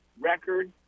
record